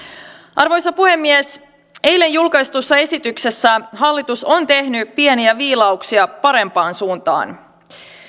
arvoisa puhemies eilen julkaistussa esityksessä hallitus on tehnyt pieniä viilauksia parempaan suuntaan